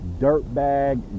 dirtbag